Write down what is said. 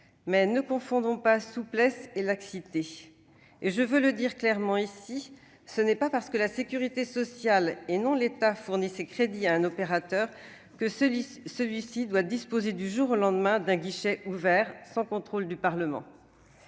Mais ne confondons pas souplesse et laxité. Je le dis clairement ici : ce n'est pas parce que la sécurité sociale, et non l'État, verse des crédits à un opérateur que celui-ci doit disposer du jour au lendemain d'un guichet ouvert, sans contrôle du Parlement.